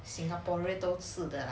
singaporean 都是这样的 lah